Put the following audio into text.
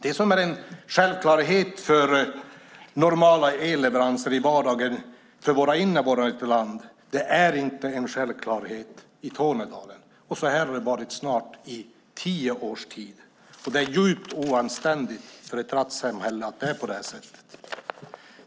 Det som är en självklarhet - normala elleveranser i vardagen - för invånare i vårt land är inte någon självklarhet i Tornedalen, och så har det varit i snart tio års tid. Det är djupt oanständigt för ett rättssamhälle att det är på det sättet.